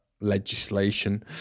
legislation